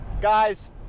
guys